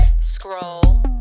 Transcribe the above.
scroll